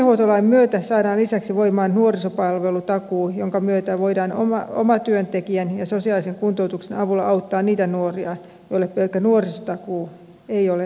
sosiaalihuoltolain myötä saadaan lisäksi voimaan nuorisopalvelutakuu jonka myötä voidaan omatyöntekijän ja sosiaalisen kuntoutuksen avulla auttaa niitä nuoria joille pelkkä nuorisotakuu ei ole riittävä tuki